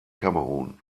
kamerun